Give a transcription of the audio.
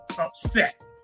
upset